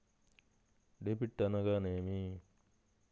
Debit అనగానేమి?